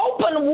Open